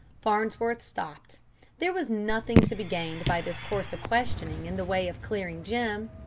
farnsworth stopped there was nothing to be gained by this course of questioning in the way of clearing jim.